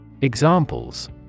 Examples